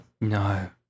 No